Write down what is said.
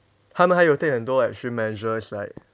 他们还有 take 很多 like extreme measures like